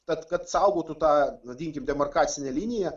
tad kad saugotų tą vadinkim demarkacinę liniją